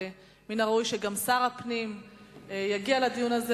ומן הראוי שגם שר הפנים יגיע לדיון הזה,